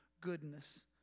goodness